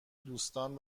دوستان